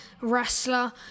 wrestler